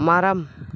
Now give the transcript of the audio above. மரம்